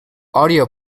audio